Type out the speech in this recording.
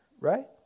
right